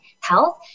health